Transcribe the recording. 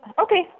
Okay